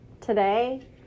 today